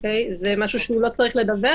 זה משהו שהוא לא צריך לדווח?